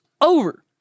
over